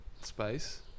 space